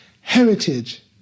heritage